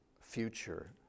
future